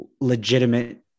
legitimate